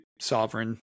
sovereign